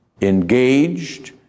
engaged